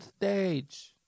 stage